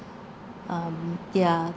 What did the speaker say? um yeah